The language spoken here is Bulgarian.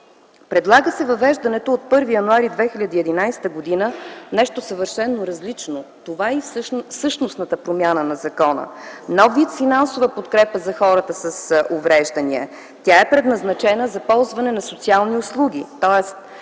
предлага въвеждането на нещо съвършено различно. Това е и същностната промяна на закона. Нов вид финансова подкрепа за хората с увреждания. Тя е предназначена за ползване на социални услуги,